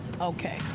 Okay